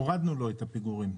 הורדנו לו את הפיגורים.